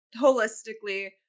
holistically